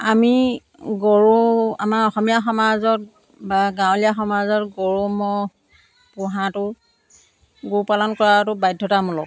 আমি গৰু আমাৰ অসমীয়া সমাজত বা গাঁৱলীয়া সমাজত গৰু ম'হ পোহাটো গোপালন কৰাটো বাধ্যতামূলক